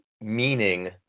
meaning